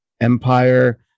Empire